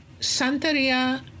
Santeria